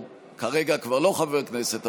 כרגע כבר לא חבר כנסת,